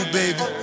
baby